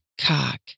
cock